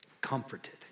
comforted